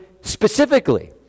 specifically